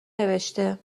نوشته